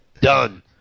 done